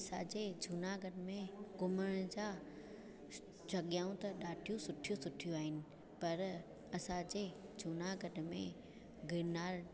असांजे जूनागढ़ में घुमण जा जॻहियूं त ॾाढी सुठियूं सुठियूं आहिनि पर असांजे जूनागढ़ में गिरनार